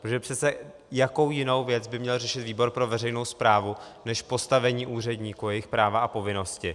Protože přece jakou jinou věc by měl řešit výbor pro veřejnou správu než postavení úředníků a jejich práva a povinnosti?